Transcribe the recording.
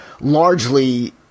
largely